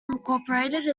incorporated